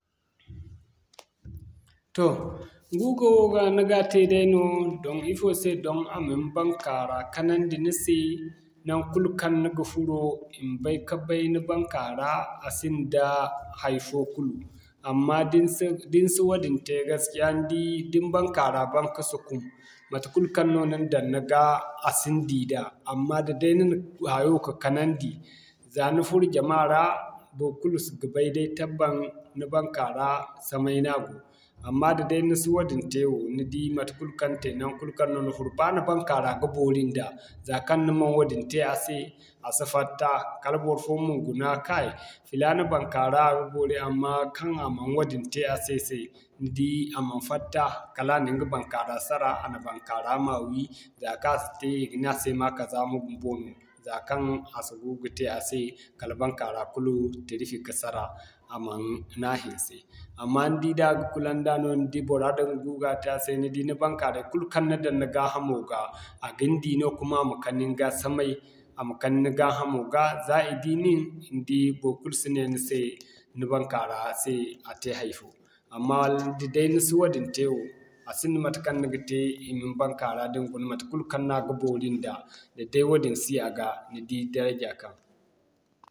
Toh guga woo ga ni ga te day no doŋ ifo se doŋ a ma ni baŋkaara kanandi naŋkul kaŋ ni ga furo, i ma bay ka bay ni baŋkaara, a sinda hay'fo kulu. Amma da ni si wadin te gaskiya ni baŋkaara ban ka sukum. Matekul kaŋ no ni daŋ ni ga a si ni di da. Amma da'day ni na hayo ka kanandi za ni furo jama ra, baykulu si ga bay day tabbat ni baŋkaara samay no a go. Amma da'day ni si wadin te wo ni di matekul kaŋ te naŋgu kulu kaŋ ni furo ba ni baŋkaara ga boori nda za kaŋ ni man wadin te a se, a si fatta kala barfo ma guna kay filana baŋkaara a ga boori amma kaŋ a man wadin te a se'se ni di a man fatta kala a na ɲga baŋkaara sara, a na baŋkaara ma wi za kan a si te i ga ne a se ma kazama bumbo no zakaŋ a si guga te a se, kala baŋkaara kul tirji ka sara a mana hinse. Amma ni di da ga kula nda no ni di bora din guga te a se ni di ni baŋkaaray kul kaŋ ni daŋ ni gaa hamo ga a ga ni di no kuma a ma kani niga samay a ma kani ni gaa hamo ga za i di nin ni di baikulu si ne ni se, ni baŋkaara se a te hay'fo. Amma da'day ni si woo din te wo a sinda matekaŋ ni ga te i ma ni baŋkaara din guna matekul kaŋ no a ga boori nda da'day woo din si a ga ni di daraja kaŋ.